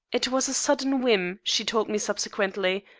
it was a sudden whim, she told me subsequently,